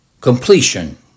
completion